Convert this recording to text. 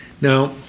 Now